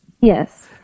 yes